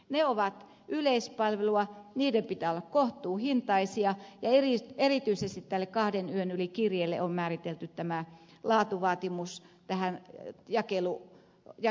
ne ovat yleispalvelua niiden pitää olla kohtuuhintaisia ja erityisesti tälle kahden yön yli kirjeelle on määritelty tämä laatuvaatimus jakeluaikaan